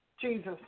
Jesus